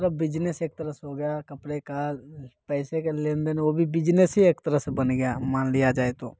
मतलब बिजनेस एक तरह से हो गया कपड़े का पैसे का लेनदेन वो भी बिजनेस ही एक तरह से बन गया है मान लिया जाए तो